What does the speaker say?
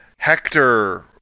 Hector